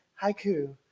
haiku